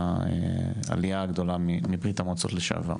העלייה הגדולה מברית המועצות לשעבר.